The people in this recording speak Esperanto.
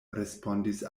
respondis